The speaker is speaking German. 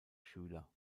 schüler